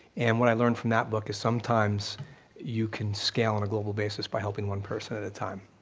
and what i learned from that book is sometimes you can scale on a global basis by helping one person at a time.